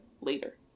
later